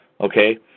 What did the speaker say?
Okay